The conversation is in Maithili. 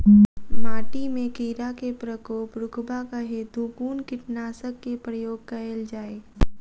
माटि मे कीड़ा केँ प्रकोप रुकबाक हेतु कुन कीटनासक केँ प्रयोग कैल जाय?